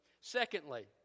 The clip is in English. Secondly